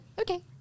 Okay